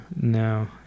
No